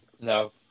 No